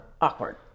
Awkward